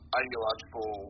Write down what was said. ideological